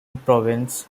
provence